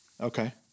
Okay